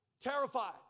terrified